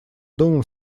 домом